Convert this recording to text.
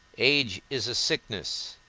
age is a sickness,